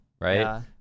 right